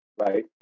right